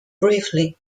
briefly